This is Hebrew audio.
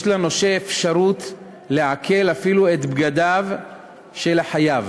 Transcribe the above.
יש לנושה אפשרות לעקל אפילו את בגדיו של החייב.